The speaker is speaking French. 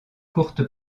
courte